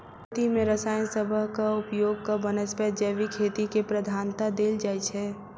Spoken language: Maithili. खेती मे रसायन सबहक उपयोगक बनस्पैत जैविक खेती केँ प्रधानता देल जाइ छै